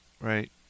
right